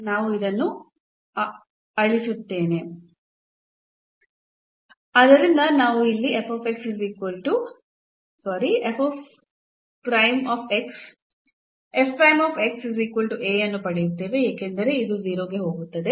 ನಾನು ಇದನ್ನು ಅಳಿಸುತ್ತೇನೆ ಆದ್ದರಿಂದ ನಾವು ಇಲ್ಲಿ A ಅನ್ನು ಪಡೆಯುತ್ತೇವೆ ಏಕೆಂದರೆ ಇದು 0 ಕ್ಕೆ ಹೋಗುತ್ತದೆ